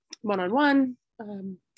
one-on-one